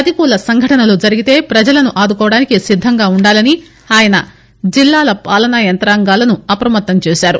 ప్రతికూల సంఘటనలు జరిగితే ప్రజలను ఆదుకోవడానికి సిద్గంగా ఉండాలని ఆయన జిల్లాల పాలనా యంత్రాంగాలను అప్రమత్తం చేశారు